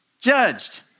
judged